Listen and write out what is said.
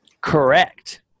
correct